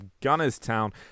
Gunnerstown